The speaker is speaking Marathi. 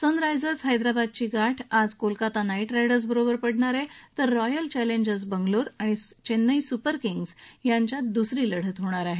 सनरायजर्स हैद्राबादची गाठ आज कोलकाता नाईट रायडर्सबरोबर पडणार आहे तर रॉयल चॅलेंजर बंगलोर आणि चेन्नई सुपर किंग्ज यांच्यात दुसरी लढत होणार आहे